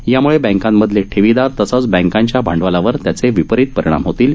याम्ळे बँकांमधले ठेवीदार तसंच बँकांच्या भांडवलावर त्याचे विपरित परिणाम होतील